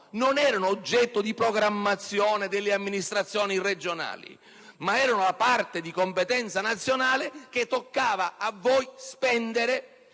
non erano oggetto di programmazione delle amministrazioni regionali ma erano una parte di competenza nazionale che toccava a voi spendere,